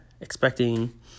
expecting